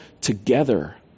together